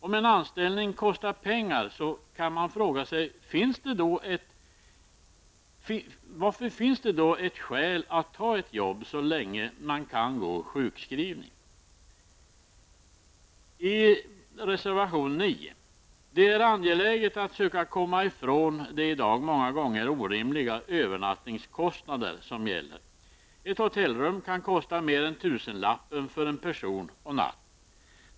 Om en anställning kostar pengar kan man fråga sig: Vilket skäl finns det för att ta ett jobb så länge man kan gå sjukskriven? Reservation 9 handlar om nattraktamenten. Det är angeläget att komma ifrån de i dag många gånger orimliga övernattningskostnader som gäller. Ett hotellrum kan kosta mer än tusenlappen per person och natt.